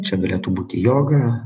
čia galėtų būti joga